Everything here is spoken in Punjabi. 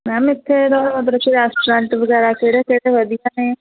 ਮੈਮ ਇੱਥੇ ਦਾ ਰੈਸਟੋਰੈਂਟ ਵਗੈਰਾ ਕਿਹੜੇ ਵਧੀਆ ਨੇ